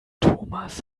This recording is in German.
thomas